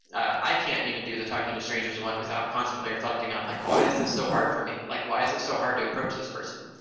i can't even do the talking to strangers one without constantly reflecting on like, why is this so hard for me? like why is it so hard to approach this person?